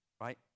right